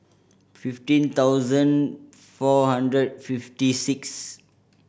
fifteen thousand four hundred fifty six